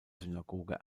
synagoge